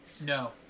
no